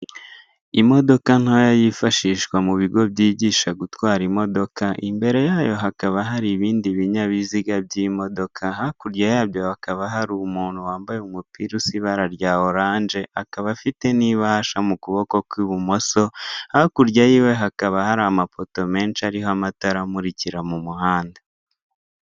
Imodoka ntoya yifashishwa mu bigo byigisha gutwara imodoka, imbere yayo hakaba hari ibindi binyabiziga by'imodoka, hakurya yabyo hakaba hari umuntu wambaye umpira usa ibara rya orange, akaba afite n'ibahasha mu kuboko kw'ubumoso, hakurya ye hakaba hari amapoto ariho amatara menshi amurikira mu muhanda.